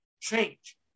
change